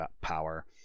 power